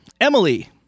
Emily